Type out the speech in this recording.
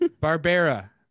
Barbara